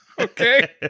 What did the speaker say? Okay